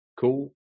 Cool